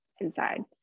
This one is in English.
inside